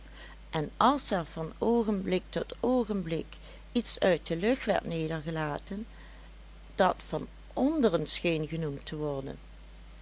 en als er van oogenblik tot oogenblik iets uit de lucht werd nedergelaten dat van onderen scheen genoemd te worden